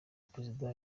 perezida